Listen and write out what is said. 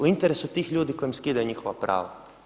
U interesu tih ljudi koji im skida njihova prava.